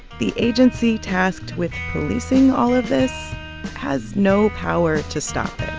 the agency tasked with policing all of this has no power to stop